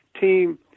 team